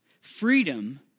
freedom